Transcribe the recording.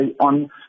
on